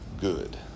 Good